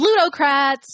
ludocrats